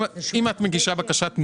אם את מגישה בקשת ניוד,